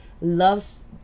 loves